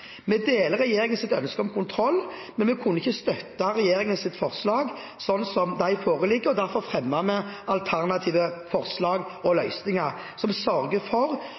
Vi deler regjeringens ønske om kontroll, men vi kunne ikke støtte regjeringens forslag sånn som de foreligger, og derfor fremmer vi alternative forslag og løsninger som sørger for